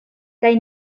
kaj